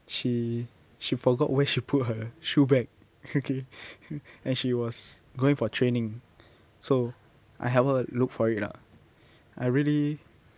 she she forgot where she put her shoe bag okay and she was going for training so I help her look for it lah I really